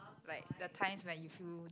like there are times when you feel